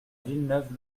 villeneuve